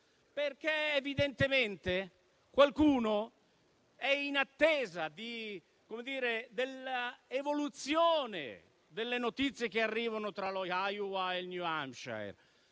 attenta. Evidentemente qualcuno è in attesa dell'evoluzione delle notizie che arrivano tra lo Iowa e il New Hampshire.